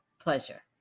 pleasure